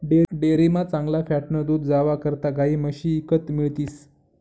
डेअरीमा चांगला फॅटनं दूध जावा करता गायी म्हशी ईकत मिळतीस